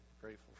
grateful